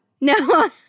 No